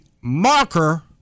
marker